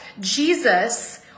Jesus